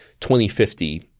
2050